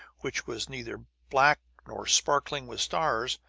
which was neither black nor sparkling with stars,